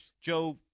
Joe